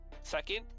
second